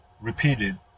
repeated